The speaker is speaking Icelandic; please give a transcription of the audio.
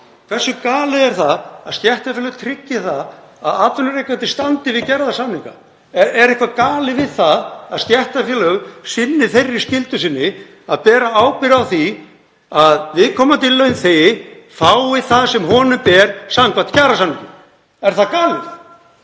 Hversu galið er það að stéttarfélög tryggi að atvinnurekandi standi við gerða samninga? Er eitthvað galið við það að stéttarfélög sinni þeirri skyldu sinni að bera ábyrgð á því að viðkomandi launþegi fái það sem honum ber samkvæmt kjarasamningum? Er það galið?